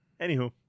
Anywho